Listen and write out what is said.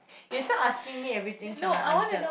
is not asking me everything for my answer